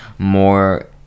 More